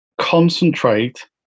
concentrate